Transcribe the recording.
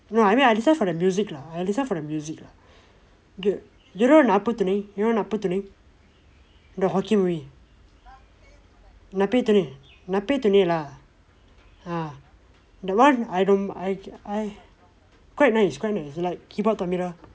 no I mean I listen for the music lah I listen for the music lah you know Natpe Thunai thunai you know Natpe Thunai thunai the occu movie Natpe Thunai Natpe Thunai thunai natpe thunai ah that one I don't I I quite nice quite nice like hiphop tamizha